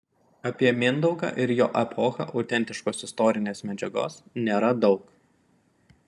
apie mindaugą ir jo epochą autentiškos istorinės medžiagos nėra daug